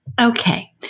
Okay